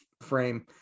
frame